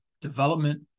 development